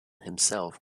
himself